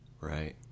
right